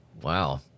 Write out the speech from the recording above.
Wow